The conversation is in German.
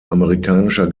amerikanischer